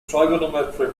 trigonometric